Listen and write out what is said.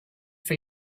for